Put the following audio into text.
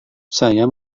saya